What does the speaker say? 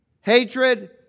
hatred